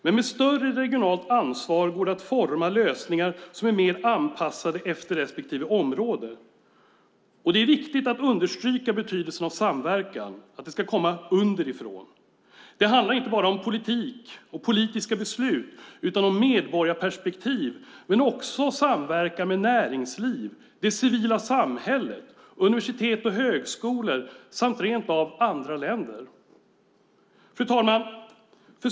Men med större regionalt ansvar går det att forma lösningar som är mer anpassade efter respektive område. Och det är viktigt att understryka betydelsen av samverkan, att det ska komma underifrån. Det handlar inte bara om politik och politiska beslut utan om medborgarperspektiv men också samverkan med näringsliv, det civila samhället, universitet och högskolor samt rent av andra länder. Fru talman!